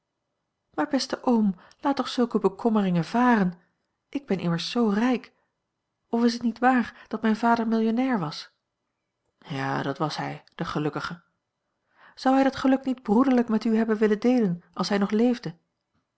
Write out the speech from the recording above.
maar beste oom laat toch zulke bekommeringen varen ik ben immers zoo rijk of is het niet waar dat mijn vader millionnair was ja dat was hij de gelukkige zou hij dat geluk niet broederlijk met u hebben willen deelen als hij nog leefde